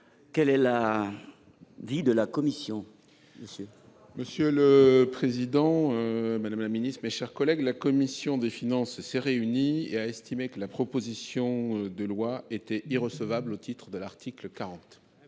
Quel est l’avis de la commission des finances ? Monsieur le président, madame la ministre, mes chers collègues, la commission des finances s’est réunie et a estimé que la proposition de loi était irrecevable au titre de l’article 40